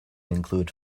include